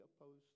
opposed